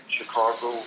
Chicago